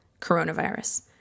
coronavirus